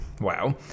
Wow